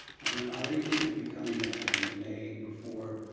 i don't know how anything could be coming back in may, before